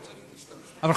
אבל,